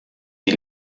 die